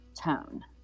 tone